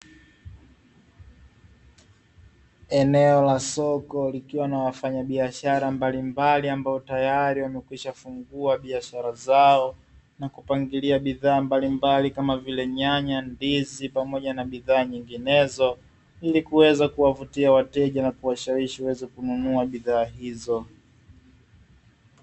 Eneo la soko likiwa na wafanyabiashara mbalimbali ambao tayari wamekwisha fungua biashara zao na kupangilia bidhaa mbalimbali kama vile; nyanya, ndizi pamoja na bidhaa nyinginezo ili kuweza kuwavutia wateja na kuwa shawishi waweze kununua bidhaa hizo.